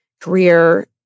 career